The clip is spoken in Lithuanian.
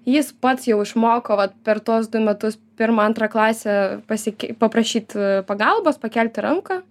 jis pats jau išmoko vat per tuos du metus pirmą antrą klasę pasiekė paprašyt pagalbos pakelti ranką